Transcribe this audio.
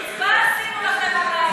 עשינו לכם הלילה.